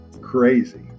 crazy